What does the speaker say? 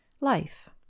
Life